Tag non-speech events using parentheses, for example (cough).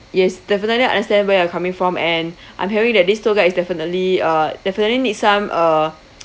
yes definitely understand where you're coming from and (breath) I'm hearing that this tour guide is definitely uh definitely need some uh